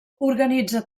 organitza